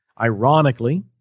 ironically